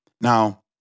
now